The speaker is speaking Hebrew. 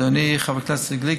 אדוני חבר הכנסת גליק,